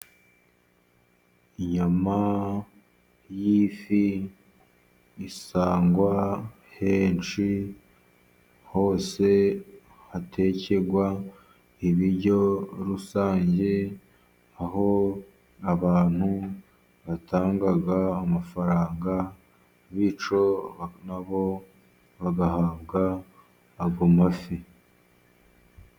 Inyama y'ifi isangwa henshi hose hatekerwa ibiryo rusange, aho abantu batanga amafaranga, bityo na bo bagahabwa ayo mafi.